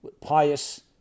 pious